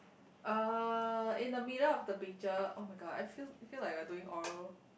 uh in the middle of the picture [oh]-my-god I feel it feel like we are doing oral